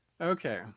Okay